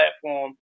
platform